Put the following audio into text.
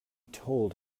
told